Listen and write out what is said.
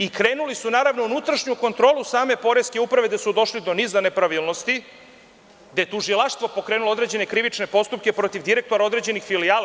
I krenuli su u unutrašnju kontrolu same poreske uprave, gde su došli do niza nepravilnosti, gde je tužilaštvo pokrenulo određene krivične postupke protiv direktora određenih filijala.